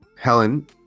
Helen